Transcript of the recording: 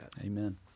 Amen